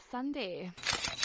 Sunday